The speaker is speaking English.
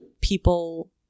people